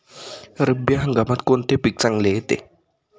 रब्बी हंगामात कोणते पीक चांगले येते?